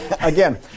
again